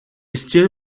steel